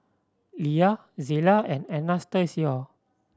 Lia Zela and Anastacio